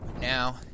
Now